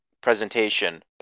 presentation